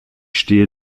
stehe